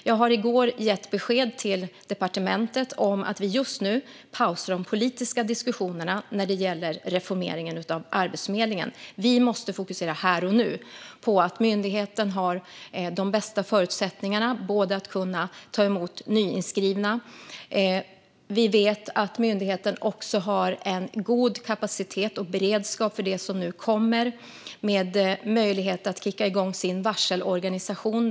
Jag har i går gett besked till departementet att vi just nu pausar de politiska diskussionerna om reformeringen av Arbetsförmedlingen. Vi måste fokusera här och nu på att myndigheten ska ha de bästa förutsättningarna att kunna ta emot nyinskrivna. Vi vet att myndigheten också har en god kapacitet och beredskap för det som nu kommer med möjlighet att kicka igång sin varselorganisation.